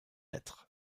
être